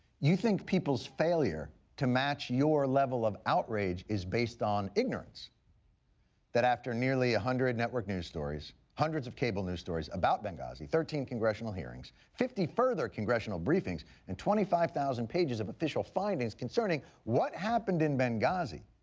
you think people's failure to match your level of outrage is based on ignorance that after nearly one hundred network news stories, hundreds of cable news stories about benghazi thirteen congressional hearings, fifty further congressional briefings and twenty five thousand pages of official findings concerning what happened in benghazi